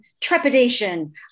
trepidation